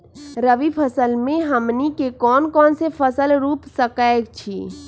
रबी फसल में हमनी के कौन कौन से फसल रूप सकैछि?